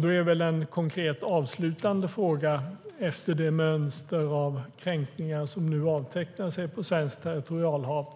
Då är min konkreta avslutande fråga efter det mönster av kränkningar som nu avtecknar sig på svenskt territorialhav: